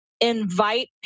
invite